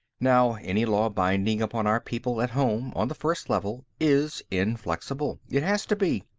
now, any law binding upon our people at home, on the first level, is inflexible. it has to be.